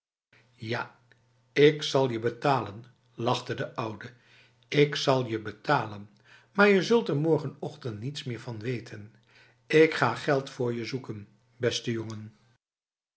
ja ik zal je betalenf lachte de oude ik zal je betalen maar je zult er morgenochtend niets meer van weten ik ga geld voor je zoeken beste jongen